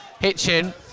Hitchin